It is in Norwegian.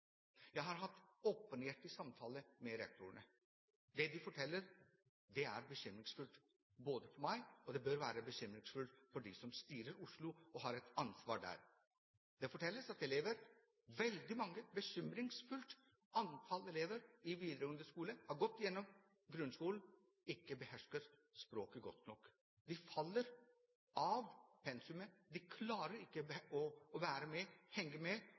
Jeg har hatt åpenhjertige samtaler med rektorene der. Det de forteller, er bekymringsfullt – for meg, og det bør være bekymringsfullt for dem som styrer Oslo, og har et ansvar der. Det fortelles at veldig mange elever, et bekymringsfullt antall elever, i videregående skole har gått gjennom grunnskolen uten å beherske språket godt nok. De faller av pensumet, de klarer ikke å henge med